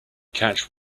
catch